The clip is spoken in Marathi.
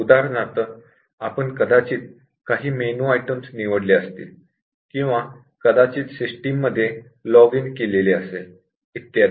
उदाहरणार्थ आपण कदाचित काही मेनू आयटम निवडले असतील किंवा कदाचित सिस्टममध्ये लॉग इन केले असेल इत्यादी